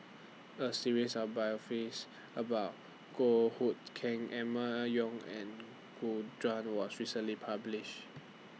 A series of biographies about Goh Hood Keng Emma Yong and Gu Juan was recently published